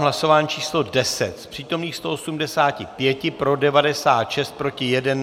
Hlasování číslo 10, z přítomných 185 pro 96, proti 1.